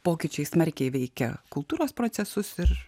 pokyčiai smarkiai veikia kultūros procesus ir